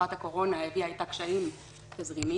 שתקופת הקורונה הביאה איתה קשיים תזרימיים,